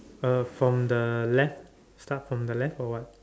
uh from the left start from the left or what